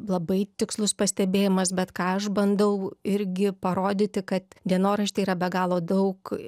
labai tikslus pastebėjimas bet ką aš bandau irgi parodyti kad dienorašty yra be galo daug